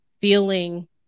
feeling